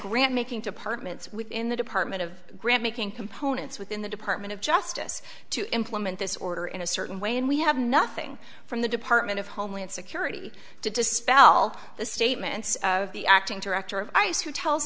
grant making departments within the department of grad making components within the department of justice to implement this order in a certain way and we have nothing from the department of homeland security to dispel the statements of the acting director of ice who tells